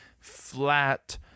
flat